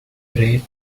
inaccurate